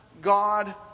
God